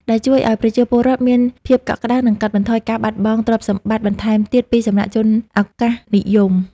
ដែលជួយឱ្យប្រជាពលរដ្ឋមានភាពកក់ក្ដៅ និងកាត់បន្ថយការបាត់បង់ទ្រព្យសម្បត្តិបន្ថែមទៀតពីសំណាក់ជនឱកាសនិយម។